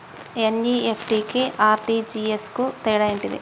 NEFT కి RTGS కు తేడా ఏంటిది?